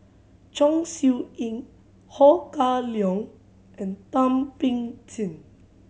Chong Siew Ying Ho Kah Leong and Thum Ping Tjin